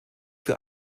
für